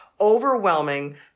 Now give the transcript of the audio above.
overwhelming